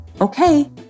Okay